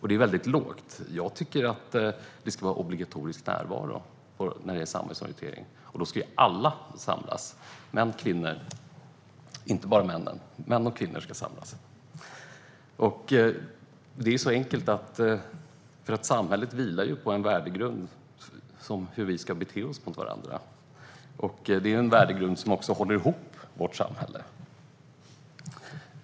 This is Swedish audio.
Det är väldigt lågt. Jag tycker att det ska vara obligatorisk närvaro vid samhällsorientering, och då ska alla samlas. Det gäller inte bara männen, utan män och kvinnor ska samlas. Det är så enkelt som att samhället vilar på en värdegrund för hur vi ska bete oss mot varandra. Det är en värdegrund som håller ihop vårt samhälle.